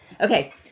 Okay